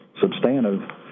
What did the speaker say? substantive